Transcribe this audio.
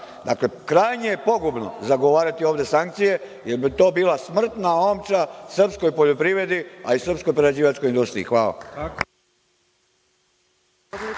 krajnje je pogubno zagovarati sankcije, jer bi to bila smrtna omča srpskoj poljoprivredi, a i srpskoj prerađivačkoj industriji. Hvala.